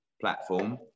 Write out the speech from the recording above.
platform